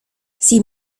sie